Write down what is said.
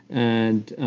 and